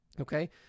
Okay